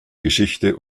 geschichte